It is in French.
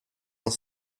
dans